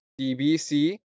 DBC